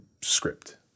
script